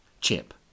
Chip